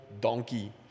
donkey